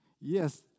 Yes